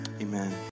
amen